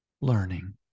learning